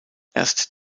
erst